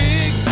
Big